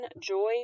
joy